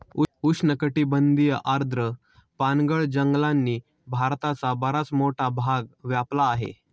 उष्णकटिबंधीय आर्द्र पानगळ जंगलांनी भारताचा बराच मोठा भाग व्यापला आहे